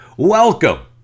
Welcome